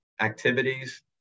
activities